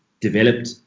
developed